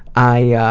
i, yeah